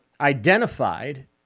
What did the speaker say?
identified